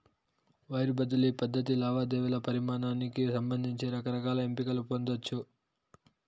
wire బదిలీ పద్ధతి లావాదేవీల పరిమానానికి సంబంధించి రకరకాల ఎంపికలు పొందచ్చు